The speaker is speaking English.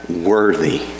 worthy